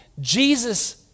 Jesus